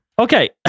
Okay